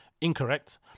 Incorrect